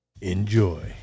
Enjoy